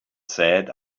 said